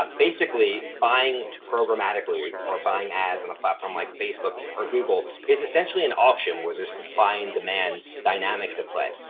um basically buying programmatically or or buying ads on a platform like facebook or google is essentially an auction where there's supply and demand dynamics at play.